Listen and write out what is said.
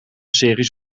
series